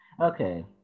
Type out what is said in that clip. Okay